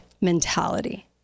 mentality